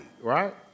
right